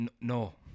No